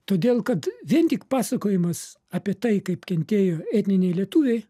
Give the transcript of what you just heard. todėl kad vien tik pasakojimas apie tai kaip kentėjo etniniai lietuviai